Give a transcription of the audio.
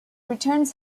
returns